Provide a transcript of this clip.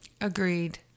Agreed